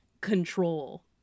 control